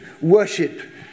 worship